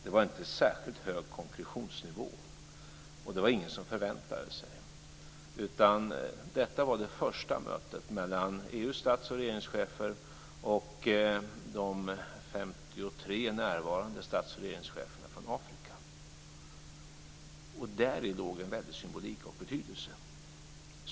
Det var ingen särskilt hög konklusionsnivå, och det var det ingen som förväntade sig, utan detta var det första mötet mellan EU:s stats och regeringschefer och de 53 närvarande stats och regeringscheferna från Afrika. Däri låg en väldig symbolik och betydelse.